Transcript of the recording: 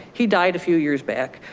he died a few years back.